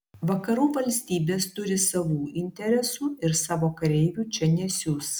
vakarų valstybės turi savų interesų ir savo kareivių čia nesiųs